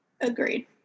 Agreed